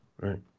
Right